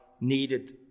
needed